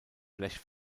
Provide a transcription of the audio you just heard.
blech